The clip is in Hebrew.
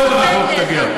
מאוד רחוק תגיע.